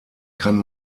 kann